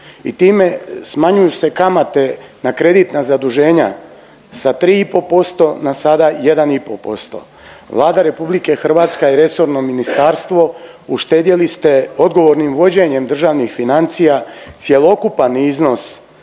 i time smanjuju se kamate na kreditna zaduženja sa 3 i pol posto na sada 1 i pol posto. Vlada Republike Hrvatske i resorno ministarstvo uštedjeli ste odgovornim vođenjem državnih financija cjelokupan iznos